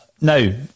Now